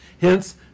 Hence